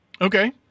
Okay